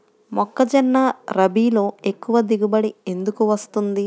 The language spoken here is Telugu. మొక్కజొన్న రబీలో ఎక్కువ దిగుబడి ఎందుకు వస్తుంది?